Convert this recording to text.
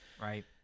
Right